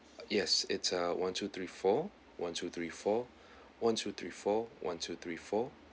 yes it's a one two three four one two three four one two three four one two three four